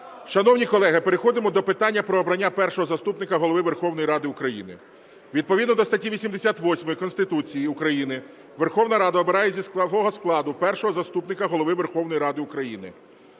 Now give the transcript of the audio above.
Шановні колеги, переходимо до питання про обрання Першого заступника Голови Верховної Ради України. Відповідно до статті 88 Конституції України Верховна Рада обирає зі свого складу Першого заступника Голови Верховної Ради України.